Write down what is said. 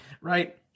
right